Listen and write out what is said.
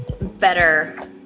better